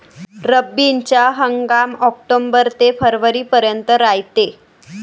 रब्बीचा हंगाम आक्टोबर ते फरवरीपर्यंत रायते